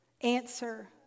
answer